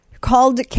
called